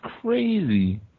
crazy